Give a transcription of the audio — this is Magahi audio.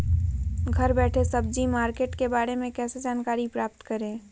घर बैठे सब्जी मार्केट के बारे में कैसे जानकारी प्राप्त करें?